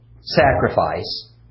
sacrifice